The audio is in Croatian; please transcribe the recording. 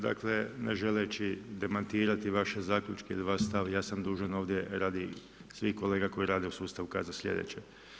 Dakle ne želeći demantirati vaše zaključke i vaš stav, ja sam dužan ovdje radi svih kolega koji rade u sustavu kazati sljedeće.